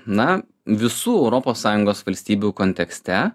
na visų europos sąjungos valstybių kontekste